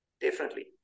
differently